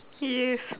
yes